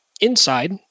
Inside